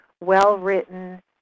well-written